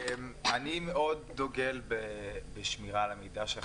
אני דוגל בשמירה על המידע שלך,